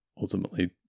ultimately